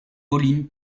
pauline